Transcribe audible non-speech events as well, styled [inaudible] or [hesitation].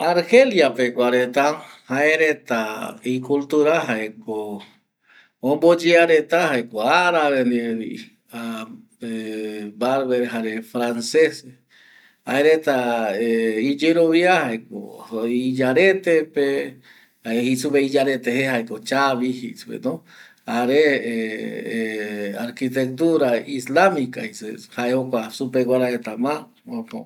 Argelia pegua reta jae reta i cultura jae ko omboyea reta jae ko arabe ndie [hesitation] barbe jare franceces jae reta [hesitation] iyerovia jaeko ojo iyarete pe jae jei supe iyarete jae chavi jei supe no jare [hesitation] arquitectura islamica jei supe jae jokua supe retaguara reta ma apo